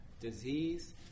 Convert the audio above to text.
disease